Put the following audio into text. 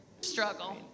struggle